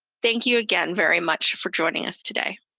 thank you again very much for joining us today.